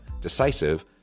decisive